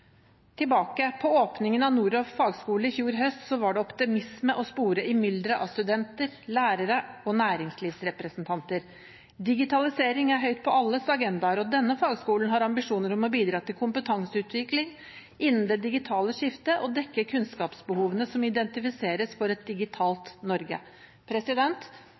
Tilbake til åpningen av Noroff fagskole i fjor høst. Det var optimisme å spore i mylderet av studenter, lærere og næringslivsrepresentanter. Digitalisering er høyt på alles agendaer, og denne fagskolen har ambisjoner om å bidra til kompetanseutvikling innen det digitale skiftet og dekke kunnskapsbehovene som identifiseres for et digitalt Norge.